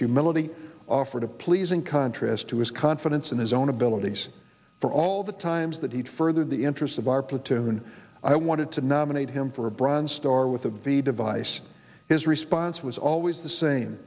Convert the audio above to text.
humility offered a pleasing contrast to his confidence in his own abilities for all the times that he'd further the interest of our platoon i wanted to nominate him for a bronze star with a v device his response was always the same